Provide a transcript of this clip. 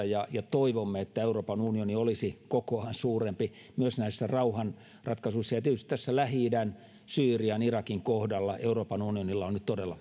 ja ja toivomme että euroopan unioni olisi kokoaan suurempi myös näissä rauhanratkaisuissa ja tietysti tässä lähi idän syyrian irakin kohdalla euroopan unionilla on nyt todella